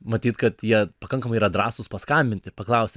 matyt kad jie pakankamai yra drąsūs paskambinti paklausti